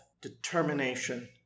determination